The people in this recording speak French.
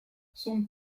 son